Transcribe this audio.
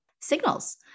signals